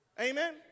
Amen